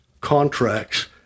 contracts